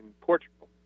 Portugal